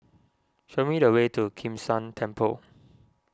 show me the way to Kim San Temple